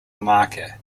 marker